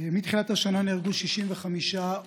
מתחילת השנה נהרגו 65 אופנוענים,